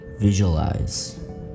Visualize